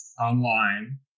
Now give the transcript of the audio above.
Online